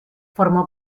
formó